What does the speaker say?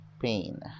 pain